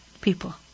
people